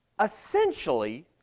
essentially